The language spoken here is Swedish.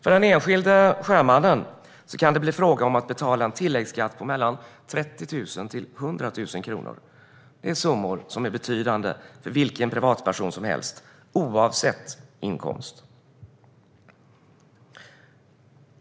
För den enskilde sjömannen kan det bli fråga om att betala en tilläggsskatt på mellan 30 000 och 100 000 kronor. Det är summor som är betydande för vilken privatperson som helst, oavsett inkomst.